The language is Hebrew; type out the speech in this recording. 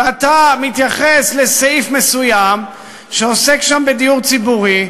ואתה מתייחס לסעיף מסוים שעוסק שם בדיור ציבורי,